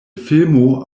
filmo